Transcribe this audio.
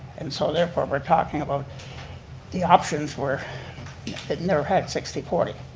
and so therefore we're talking about the options were in their head sixty forty,